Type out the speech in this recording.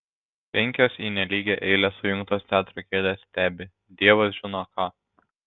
penkios į nelygią eilę sujungtos teatro kėdės stebi dievas žino ką